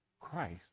Christ